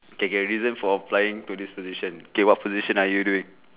K K reason for applying to this position K what position are you doing